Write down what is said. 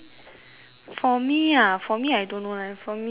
for me ah for me I don't know leh for me mm